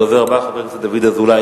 הדובר הבא, חבר